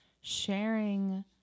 sharing